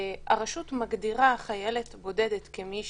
הרשות מגדירה חיילת בודדת כמי